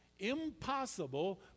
impossible